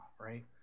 right